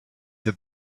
that